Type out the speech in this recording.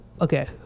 Okay